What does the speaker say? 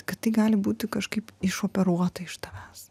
kad tai gali būti kažkaip išoperuota iš tavęs